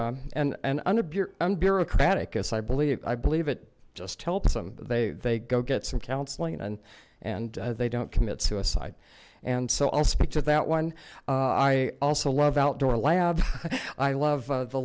and bureaucratic as i believe i believe it just helps them they they go get some counseling and and they don't commit suicide and so i'll speak to that one i also love outdoor lab i love the